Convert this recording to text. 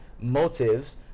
motives